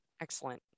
Excellent